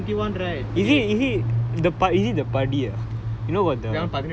yes there's a lot of significance twenty one twenty one right okay